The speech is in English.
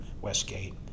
Westgate